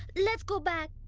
let's go back.